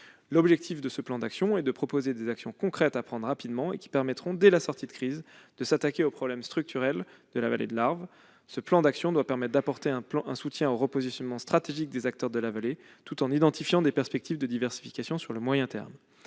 L'objectif de ce plan est de proposer des actions concrètes à prendre rapidement et qui permettront, dès la sortie de crise, de s'attaquer aux problèmes structurels de la vallée de l'Arve. Ce plan d'action doit permettre d'apporter un soutien au repositionnement stratégique des acteurs de la vallée, tout en identifiant des perspectives de diversification à moyen terme.